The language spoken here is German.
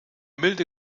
milde